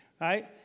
right